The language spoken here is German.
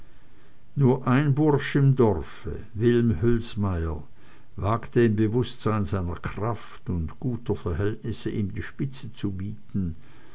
nur ein bursch im dorfe wilm hülsmeyer wagte im bewußtsein seiner kraft und guter verhältnisse ihm die spitze zu bieten